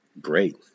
Great